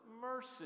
mercy